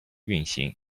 运行